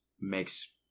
makes